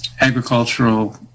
agricultural